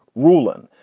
rulon,